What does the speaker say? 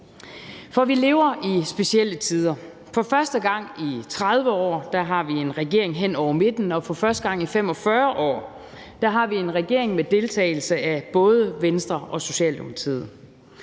for vi lever i specielle tider. For første gang i 30 år har vi en regering hen over midten, og for første gang i 45 år har vi en regering med deltagelse af både Venstre og Socialdemokratiet.